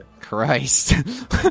Christ